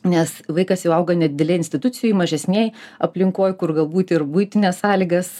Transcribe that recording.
nes vaikas jau auga nedidelėj institucijoj mažesnėj aplinkoj kur galbūt ir buitines sąlygas